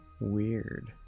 weird